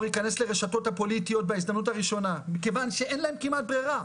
ייכנס לרשתות הפוליטיות בהזדמנות הראשונה כיוון שאין להם כמעט ברירה,